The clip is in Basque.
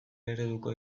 ereduko